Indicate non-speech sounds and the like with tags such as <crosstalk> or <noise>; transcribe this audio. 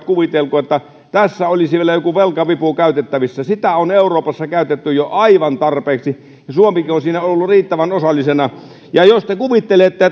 <unintelligible> kuvitelko että tässä olisi vielä joku velkavipu käytettävissä sitä on euroopassa käytetty jo aivan tarpeeksi ja suomikin on siinä ollut riittävän osallisena ja jos te kuvittelette <unintelligible>